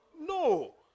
No